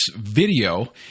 video